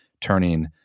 turning